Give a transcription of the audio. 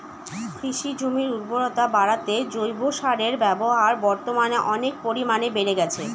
কৃষিজমির উর্বরতা বাড়াতে জৈব সারের ব্যবহার বর্তমানে অনেক পরিমানে বেড়ে গিয়েছে